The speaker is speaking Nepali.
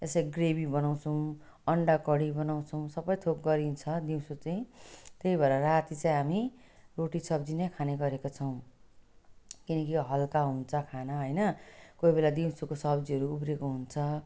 यसरी ग्रेभी बनाउँछौँ अन्डा करी बनाउँछौँ सब थोक गरिन्छ दिउँसो चाहिँ त्यही भएर राति चाहिँ हामी त्याहिँ भएर जाति चाहिँ हामी रोटी सब्जी नै खाने गरेको छौँ किनकि हल्का हुन्छ खाना होइन कोही बेला दिउँसोको सब्जीहरू उब्रेको हुन्छ